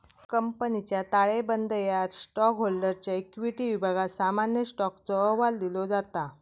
कंपनीच्या ताळेबंदयात स्टॉकहोल्डरच्या इक्विटी विभागात सामान्य स्टॉकचो अहवाल दिलो जाता